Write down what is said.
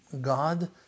God